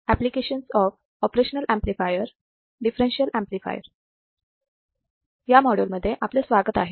या मॉड्यूल मध्ये आपलं स्वागत आहे